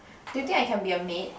do you think I can be a maid